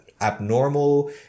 abnormal